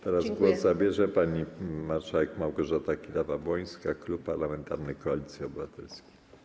Teraz głos zabierze pani marszałek Małgorzata Kidawa-Błońska, klub parlamentarny Koalicji Obywatelskiej.